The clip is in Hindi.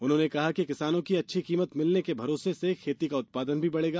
उन्होंने कहा कि किसानों की अच्छी कीमत मिलने के भरोसे से खेती का उत्पादन भी बढ़ेगा